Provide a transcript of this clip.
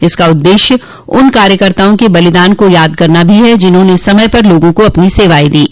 इसका उद्देश्य उन कार्यकर्ताओं के बलिदान को याद करना भी है जिन्होंने समय पर लोगों को अपनी सेवायें दीं